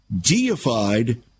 deified